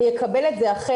אני אקבל את זה אחרת.